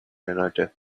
another